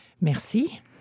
Merci